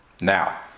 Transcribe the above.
Now